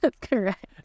correct